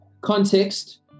context